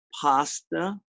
pasta